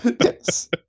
Yes